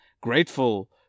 grateful